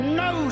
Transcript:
no